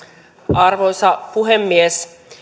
arvoisa puhemies